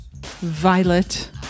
Violet